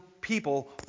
people